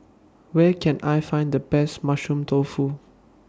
Where Can I Find The Best Mushroom Tofu